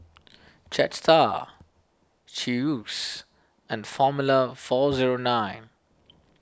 Jetstar Chew's and formula four zero nine